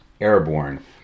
airborne